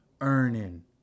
earning